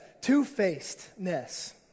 two-facedness